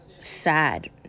sad